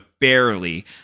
barely